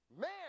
Man